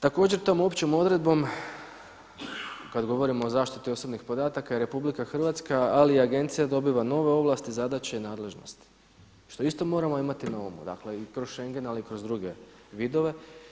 Također tom općom odredbom kada govorimo o zaštiti osobnih podataka RH ali i Agencija dobiva nove ovlasti, zadaće i nadležnosti što isto moramo imati na umu dakle i kroz Schengen ali i kroz druge vidove.